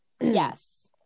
Yes